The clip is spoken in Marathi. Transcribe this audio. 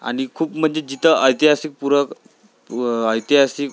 आणि खूप म्हणजे जिथं ऐतिहासिक पुरं व ऐतिहासिक